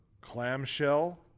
Clamshell